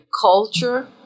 culture